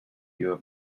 your